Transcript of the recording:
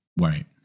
Right